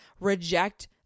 reject